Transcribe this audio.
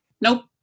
Nope